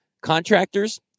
contractors